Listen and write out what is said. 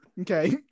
Okay